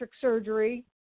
surgery